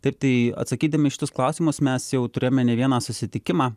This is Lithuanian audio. taip tai atsakydami į šitus klausimus mes jau turėjome ne vieną susitikimą